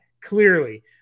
Clearly